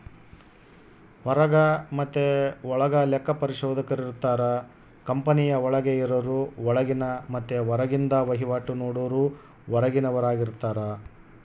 ಹೊರಗ ಮತೆ ಒಳಗ ಲೆಕ್ಕ ಪರಿಶೋಧಕರಿರುತ್ತಾರ, ಕಂಪನಿಯ ಒಳಗೆ ಇರರು ಒಳಗಿನ ಮತ್ತೆ ಹೊರಗಿಂದ ವಹಿವಾಟು ನೋಡರು ಹೊರಗಿನವರಾರ್ಗಿತಾರ